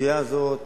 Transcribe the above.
הסוגיה הזאת